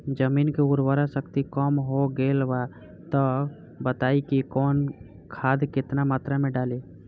जमीन के उर्वारा शक्ति कम हो गेल बा तऽ बताईं कि कवन खाद केतना मत्रा में डालि?